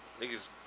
Niggas